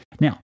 now